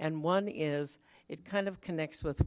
and one is it kind of connects with